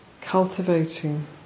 cultivating